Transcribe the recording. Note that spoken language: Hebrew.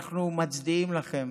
אנחנו מצדיעים לכם.